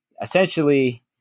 Essentially